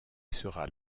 sera